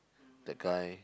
that guy